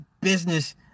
business